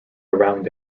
around